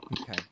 Okay